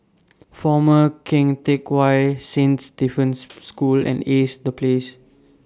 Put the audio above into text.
Former Keng Teck Whay Saint Stephen's School and Ace The Place